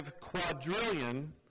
quadrillion